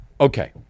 okay